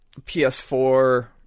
PS4